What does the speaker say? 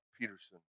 Peterson